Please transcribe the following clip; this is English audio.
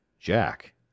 Jack